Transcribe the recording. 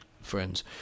friends